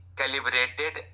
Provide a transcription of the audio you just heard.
calibrated